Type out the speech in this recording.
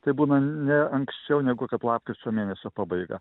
tai būna ne anksčiau negu kad lapkričio mėnesio pabaiga